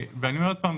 ואני אומר עוד פעם,